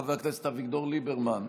חבר הכנסת אביגדור ליברמן,